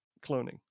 cloning